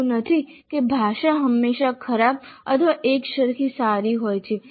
એવું નથી કે ભાષા હંમેશા ખરાબ અથવા એકસરખી સારી હોય છે